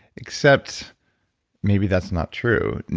except maybe that's not true.